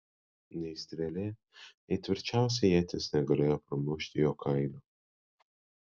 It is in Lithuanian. nei strėlė nei tvirčiausia ietis negalėjo pramušti jo kailio